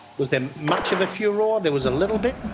was there much of a furore? there was a little bit.